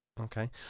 Okay